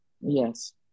Yes